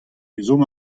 ezhomm